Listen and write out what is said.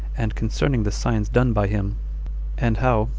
and concerning the signs done by him and how,